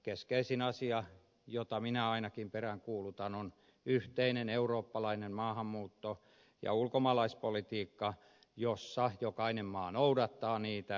keskeisin asia jota minä ainakin peräänkuulutan on yhteinen eurooppalainen maahanmuutto ja ulkomaalaispolitiikka jossa jokainen maa noudattaa sitä